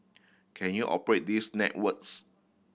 can you operate these networks